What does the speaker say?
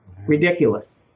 Ridiculous